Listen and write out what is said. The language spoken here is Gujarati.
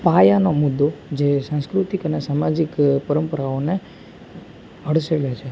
પાયાનો મુદ્દો જે સાંસ્કૃતિક અને સામાજિક પરંપરાઓને હડસેલે છે